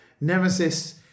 Nemesis